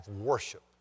worship